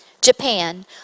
Japan